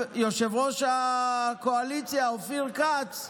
יושב-ראש הקואליציה אופיר כץ,